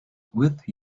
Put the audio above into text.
with